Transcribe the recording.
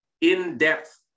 in-depth